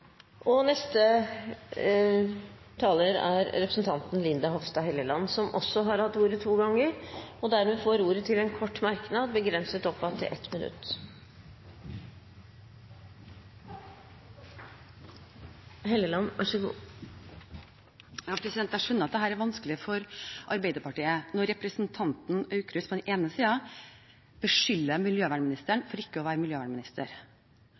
Representanten Linda C. Hofstad Helleland har hatt ordet to ganger tidligere i debatten og får ordet til en kort merknad, begrenset til 1 minutt. Jeg skjønner at det er vanskelig for Arbeiderpartiet når representanten Aukrust beskylder miljøministeren for ikke å være